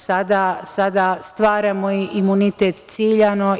Sada stvaramo imunitet ciljano.